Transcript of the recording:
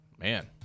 Man